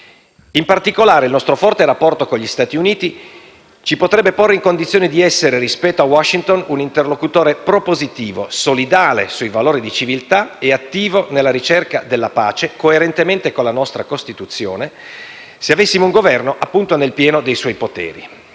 In particolare, il nostro forte rapporto con gli Stati Uniti ci potrebbe porre in condizione di essere, rispetto a Washington, un interlocutore propositivo, solidale sui valori di civiltà e attivo nella ricerca della pace, coerentemente con la nostra Costituzione, se avessimo un Governo, appunto, nel pieno dei suoi poteri.